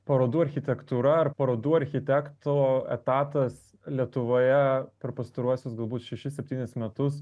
parodų architektūra ar parodų architekto etatas lietuvoje per pastaruosius galbūt šešis septynis metus